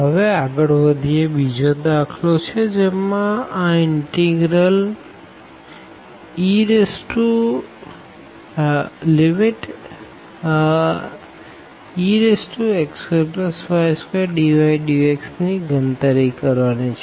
હવે આગળ વધીએ આ બીજો દાખલો છે જેમાં આપણે આ ઇનટીગ્રલ ∬Rex2y2dydx ની ગણતરી કરવાની છે